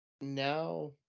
now